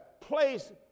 place